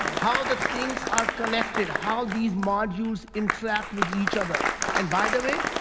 how the things are connected, how these modules interact with each other and by the way,